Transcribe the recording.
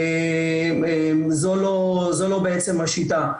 זו לא בעצם השיטה.